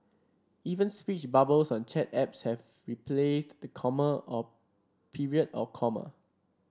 even speech bubbles on chat apps have replaced the comma of period or comma